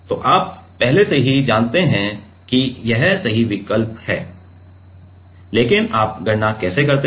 तो आप पहले से ही देख रहे हैं कि यह सही विकल्प है लेकिन आप गणना कैसे करते हैं